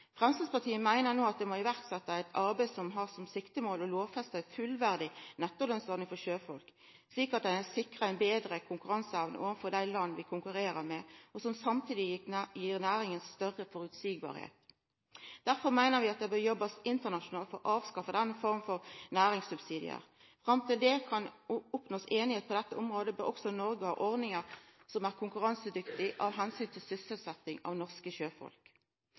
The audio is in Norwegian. Framstegspartiet meiner no at det må setjast i verk eit arbeid som har som siktemål å lovfesta ei fullverdig nettolønnsordning for sjøfolk, slik at ein er sikra ei betre konkurranseevne overfor dei landa vi konkurrerer med, og som samtidig gir næringa større føreseielegheit. Derfor meiner vi at det bør jobbast internasjonalt for å avskaffa denne forma for næringssubsidiar. Fram til det kan oppnåast einigheit på dette området, bør også Noreg ha ordningar som er konkurransedyktige, av omsyn til sysselsetjing av norske sjøfolk.